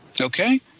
Okay